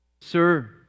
Sir